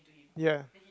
ya